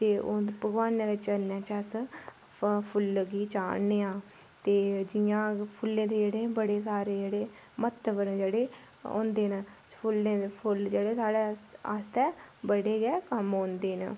ते हून भगोआनें दे चरणें च अस फ फुल्ल गी चाढ़ने आं ते जि'यां फुल्लें दे जेह्ड़े बड़े सारे जेह्ड़े म्ह्त्तव न जेह्ड़े होंदे न फुल्लें दे फुल्ल जेह्ड़े साढ़े आस्तै बड़े गै कम्म औंदे न